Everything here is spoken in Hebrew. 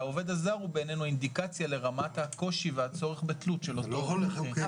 והעובד הזר הוא בעיננו אינדיקציה לרמת הקושי והצורך בתלות של אותו נכה.